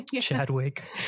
Chadwick